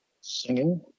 singing